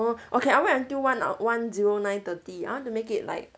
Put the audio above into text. okay I wait until one o~ one zero nine thirty I want to make it like